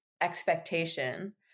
expectation